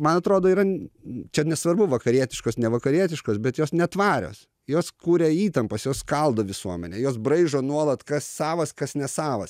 man atrodo yra n čia nesvarbu vakarietiškos nevakarietiškos bet jos netvarios jos kuria įtampas jos skaldo visuomenę jos braižo nuolat kas savas kas nesavas